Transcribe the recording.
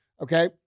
okay